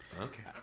Okay